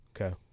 Okay